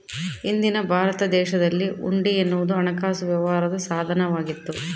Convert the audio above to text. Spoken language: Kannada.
ಹಿಂದಿನ ಭಾರತ ದೇಶದಲ್ಲಿ ಹುಂಡಿ ಎನ್ನುವುದು ಹಣಕಾಸು ವ್ಯವಹಾರದ ಸಾಧನ ವಾಗಿತ್ತು